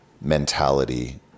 mentality